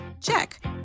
Check